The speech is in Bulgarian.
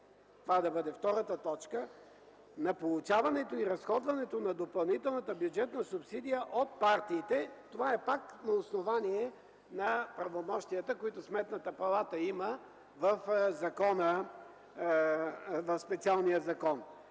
това да бъде втората точка – на получаването и разходването на допълнителната бюджетна субсидия от партиите. Това е пак на основание на правомощията, които Сметната палата има в специалния закон.